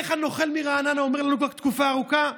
איך הנוכל מרעננה אומר לנו כבר תקופה ארוכה?